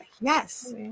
yes